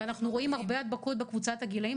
ואנחנו רואים הרבה הדבקות בקבוצת הגילאים